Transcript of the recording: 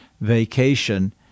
vacation